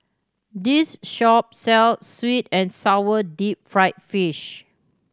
this shop sells sweet and sour deep fried fish